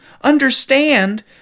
understand